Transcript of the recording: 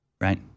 right